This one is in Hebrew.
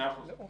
מאה אחוז.